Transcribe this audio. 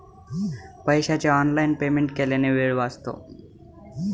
पैशाचे online payment केल्याने वेळ वाचतो